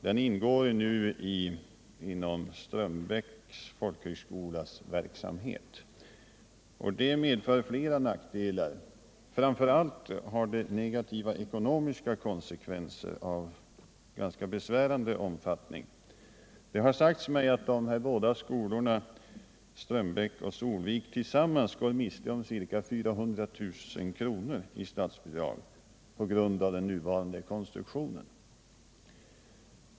Den ingår nu i Strömbäcks folkhögskolas verksamhet. Detta medför flera nackdelar. Fram för allt får det negativa ekonomiska konsekvenser av ganska besvärande omfattning. Det har sagts mig att de här båda skolorna, Strömbäck och Solvik, tillsammans går miste om ca 400 000 kr. i statsbidrag på grund av den nuvarande konstruktionen.